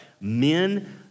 Men